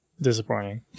disappointing